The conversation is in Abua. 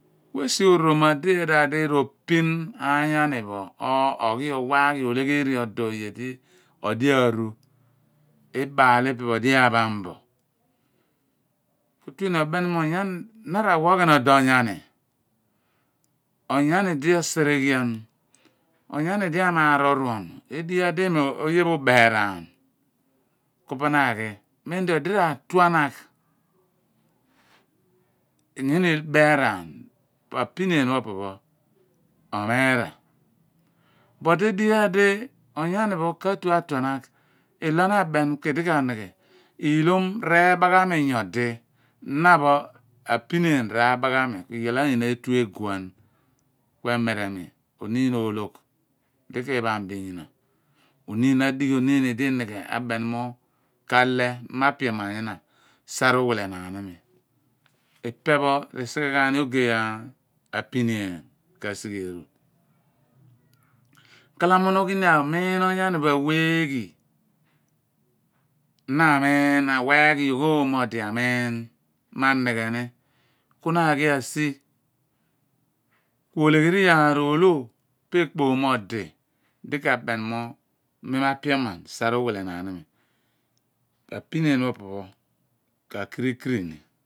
Kue ai esi oroma di erol eladi ropin oyanipho or aghi owaghi olegeri odou oye di odia ru igbaal pho ipe odi apham bo kuo tue ni obem mo ogani oghen odo onyami. onyami di asere ghian oyani di a maar oruonu edighi idi oye pho ubeiaan ku po na aghi mam di odi ra tuanagh kuina ibeeran po a pinien pho opo pho omera but edighi iyaar di onya ni pho opooh pho katue atua naagh ilona amen kue di ka naghan ihoom reebagha mi ku iyaal ayina etu eguan kue mere mi one oloogh di kipham bo inyana oniin apioman oniin a beni mo kahe mi ma pioman ina saar awihe ipe pho resighe ghan ni ogey apiniean ke sighe eru kla mo mughi ni amin oyani pho aweaghi na amin awha ghi yoogh omo odi amiin madighe ni ku na aghi asi kuole ghe riyaar olooh pa ekpom mo odi, di ka bem mo imi po a pinien pho opo pho ka krikri ni